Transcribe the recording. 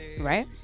right